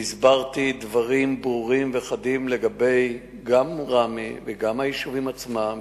והסברתי דברים ברורים וחדים גם לגבי ראמה וגם לגבי היישובים עצמם,